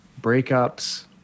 breakups